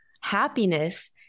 happiness